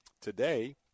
Today